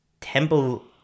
Temple